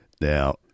Now